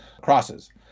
crosses